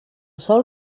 sol